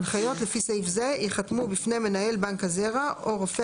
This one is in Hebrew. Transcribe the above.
הנחיות לפי סעיף זה ייחתמו בפני מנהל בנק הזרע או רופא